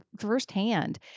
firsthand